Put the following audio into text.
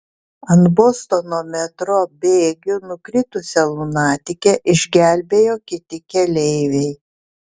ant bostono metro bėgių nukritusią lunatikę išgelbėjo kiti keleiviai